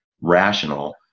Rational